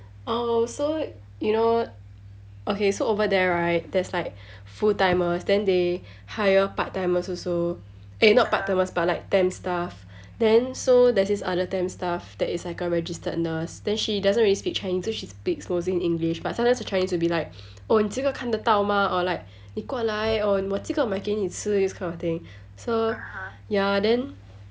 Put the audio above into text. oh so you know okay so over there right there's like full timers then they hire part-timers also eh not part-timers but like temp staff then so there's this other temp staff that is like a registered nurse then she doesn't really speak chinese so she speaks like mostly in english but sometimes her chinese will be like oh 你这个看得到吗 or like 你过来我这个买给你吃 this kind of thing ya then